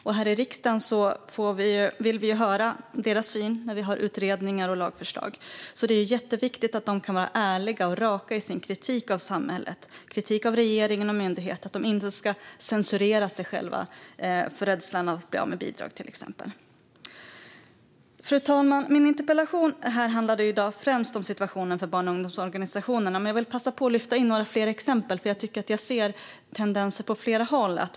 Och här i riksdagen vill vi höra deras syn när vi gör utredningar och ska komma med lagförslag. Det är jätteviktigt att de kan vara ärliga och raka i sin kritik av samhället, regeringen och myndigheter. De ska inte censurera sig själva av rädsla för att bli av med bidrag, till exempel. Fru talman! Min interpellation i dag handlar främst om situationen för barn och ungdomsorganisationerna, men jag vill passa på att lyfta in några fler exempel eftersom jag tycker att jag ser tendenser på flera håll.